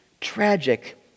tragic